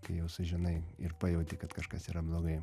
kai jau sužinai ir pajauti kad kažkas yra blogai